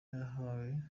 yahawe